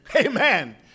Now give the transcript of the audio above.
Amen